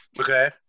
Okay